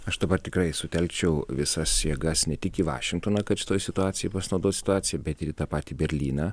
aš dabar tikrai sutelkčiau visas jėgas ne tik į vašingtoną kad šitoj situacijoj pasinaudot situacija bet ir į tą patį berlyną